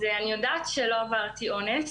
אז אני יודעת שלא עברתי אונס,